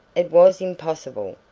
it was impossible,